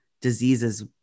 diseases